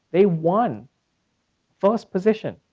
they won first position,